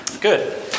Good